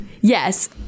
Yes